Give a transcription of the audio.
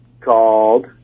Called